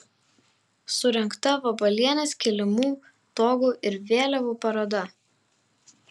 surengta vabalienės kilimų togų ir vėliavų paroda